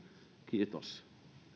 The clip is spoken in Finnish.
kiitos arvoisa